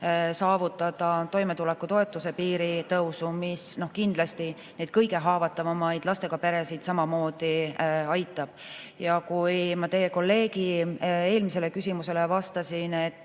saavutada toimetulekutoetuse piiri tõusu, mis kindlasti kõige haavatavamaid lastega peresid samamoodi aitab. Kui ma teie kolleegi eelmisele küsimusele vastasin, et